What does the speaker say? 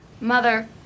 Mother